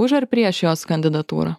už ar prieš jos kandidatūrą